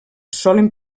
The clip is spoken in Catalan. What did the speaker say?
solen